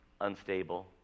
unstable